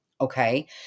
okay